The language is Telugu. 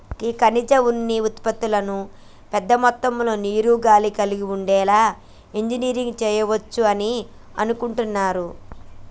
గీ ఖనిజ ఉన్ని ఉత్పతులను పెద్ద మొత్తంలో నీరు, గాలి కలిగి ఉండేలా ఇంజనీరింగ్ సెయవచ్చు అని అనుకుంటున్నారు